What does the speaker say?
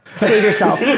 save yourself. yeah